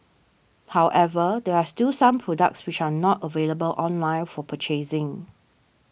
however there are still some products which are not available online for purchasing